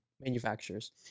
manufacturers